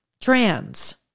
trans